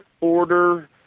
order